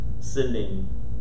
sending